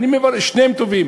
שניהם טובים,